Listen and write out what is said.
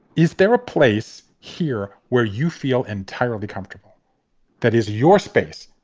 is there a place here where you feel entirely comfortable that is your space?